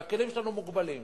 והכלים שלנו מוגבלים.